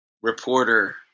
Reporter